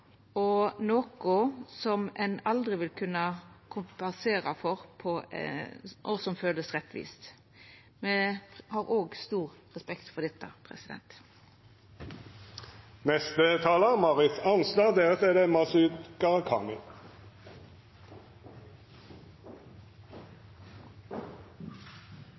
er noko ein aldri vil kunna kompensera for slik at det kjennest rettvist. Me har òg stor respekt for dette. Noen saker er